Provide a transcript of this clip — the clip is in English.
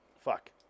Fuck